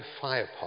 firepot